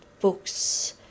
books